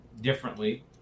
differently